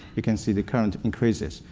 you can see the current increases,